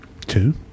two